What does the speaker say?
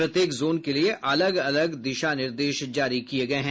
प्रत्येक जोन के लिए अलग अलग दिशानिर्देश जारी किए हैं